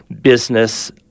business